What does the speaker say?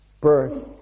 birth